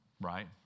right